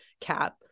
cap